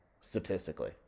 statistically